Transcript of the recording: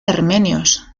armenios